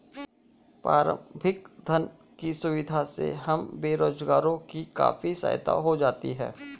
प्रारंभिक धन की सुविधा से हम बेरोजगारों की काफी सहायता हो जाती है